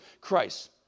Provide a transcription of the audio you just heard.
Christ